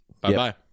Bye-bye